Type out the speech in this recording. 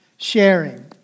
Sharing